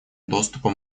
доступа